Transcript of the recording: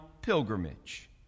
pilgrimage